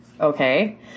Okay